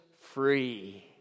free